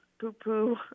poo-poo